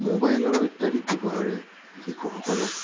মোবাইলৰ অত্যাধিক ব্যৱহাৰে শিশুসকলক